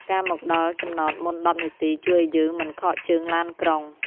ការមកដល់ចំណតមុន ១០ នាទី ជួយឱ្យយើងមិនខកជើងឡានក្រុង។